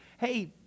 Hey